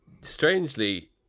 strangely